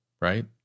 right